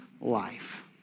life